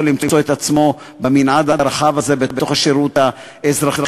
יכול למצוא את עצמו במנעד הרחב הזה בשירות האזרחי,